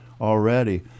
already